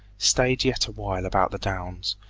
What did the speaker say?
strayed yet awhile about the downs,